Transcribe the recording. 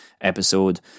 episode